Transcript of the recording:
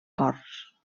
cors